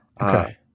okay